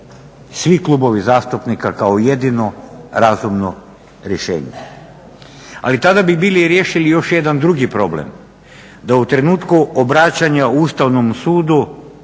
svi klubovi zastupnika kao jedino razumno rješenje. Ali tada bi bili riješili još jedan drugi problem da u trenutku obraćanja Ustavnom sudu